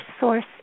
source